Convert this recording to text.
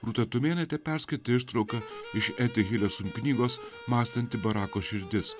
rūta tumėnaitė perskaitė ištrauką iš eti hiliosun knygos mąstanti barako širdis